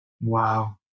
Wow